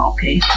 Okay